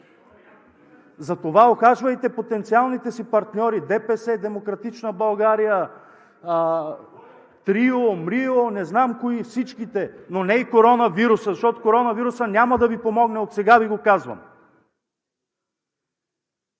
не може. Ухажвайте потенциалните си партньори – ДПС, Демократична България, трио, мрио, не знам кои – всичките, но не и коронавируса, защото той няма да Ви помогне, отсега Ви го казвам.